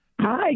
Hi